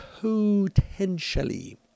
potentially